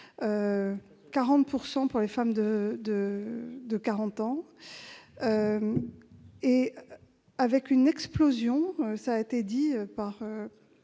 40 % pour les femmes de 40 ans. On note une explosion- cela a été dit par